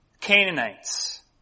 Canaanites